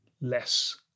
less